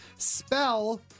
spell